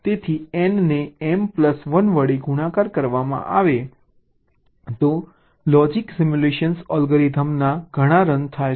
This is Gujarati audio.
તેથી n ને m પ્લસ 1 વડે ગુણાકાર કરવામાં આવે તો લોજિક સિમ્યુલેશન અલ્ગોરિધમના ઘણા રન થાય છે